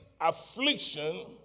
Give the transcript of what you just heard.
affliction